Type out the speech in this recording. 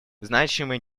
значимые